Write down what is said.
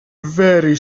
very